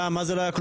מה זה לא היה כלום?